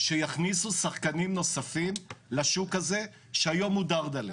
שיכניסו שחקנים נוספים לשוק שהיום הוא "דרדלה".